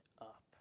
up